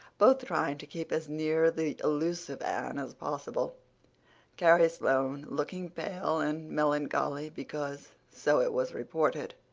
both trying to keep as near the elusive anne as possible carrie sloane, looking pale and melancholy because, so it was reported,